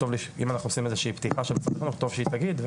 אם אנחנו עושים פתיחה, טוב שהיא תגיב.